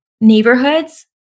neighborhoods